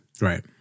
Right